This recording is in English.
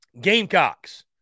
Gamecocks